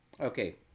Okay